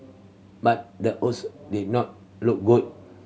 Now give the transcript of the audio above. but the odds did not look good